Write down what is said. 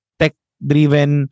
tech-driven